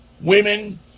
women